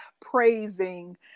praising